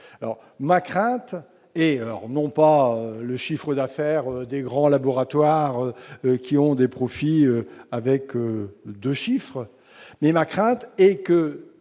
Ma crainte porte non pas sur le chiffre d'affaires des grands laboratoires, qui font des profits à deux chiffres, mais sur le fait que